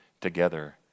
together